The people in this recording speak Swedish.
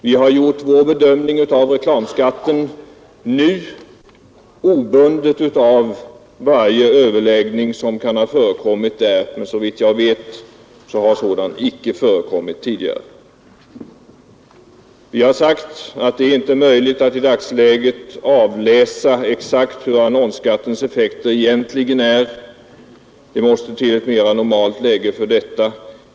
Vi har gjort vår bedömning av reklamskatten, obundna av varje överläggning som kan ha förekommit men såvitt jag vet har någon sådan inte förekommit tidigare. Vi har sagt att det inte är möjligt att i dagsläget avläsa vilka effekter annonsskatten har haft; innan sådana bedömningar kan göras måste det ekonomiska läget bli mera normalt.